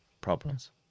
problems